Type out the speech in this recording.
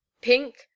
Pink